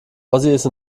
ossis